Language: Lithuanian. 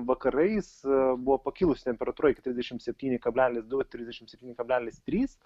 vakarais buvo pakilusi temperatūra iki trisdešim septyni kablelis du trisdešim septyni kablelis trys